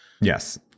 yes